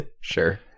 sure